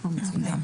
גם.